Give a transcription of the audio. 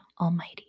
Almighty